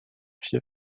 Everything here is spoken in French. fief